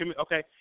Okay